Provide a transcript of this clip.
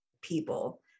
people